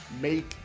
Make